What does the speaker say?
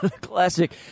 Classic